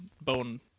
bone